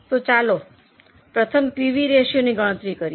તો ચાલો પ્રથમ પીવી રેશિયોની ગણતરી કરીએ